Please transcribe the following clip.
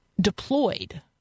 deployed